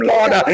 Lord